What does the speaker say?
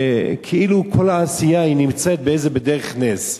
כאילו כל העשייה נמצאת בדרך נס.